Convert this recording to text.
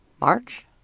March